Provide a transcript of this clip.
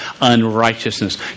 unrighteousness